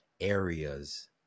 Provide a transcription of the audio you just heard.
areas